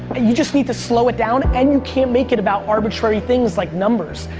you just need to slow it down. and you can't make it about arbitrary things like numbers.